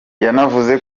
yanavuze